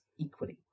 equally